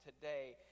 today